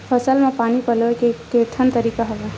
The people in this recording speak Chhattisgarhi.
फसल म पानी पलोय के केठन तरीका हवय?